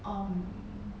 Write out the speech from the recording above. um